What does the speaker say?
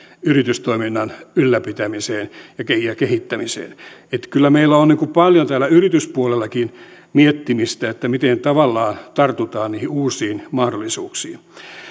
yritystoiminnan ylläpitämiseen ja kehittämiseen kyllä meillä on paljon täällä yrityspuolellakin miettimistä siinä miten tavallaan tartutaan niihin uusiin mahdollisuuksiin